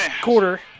quarter